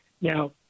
Now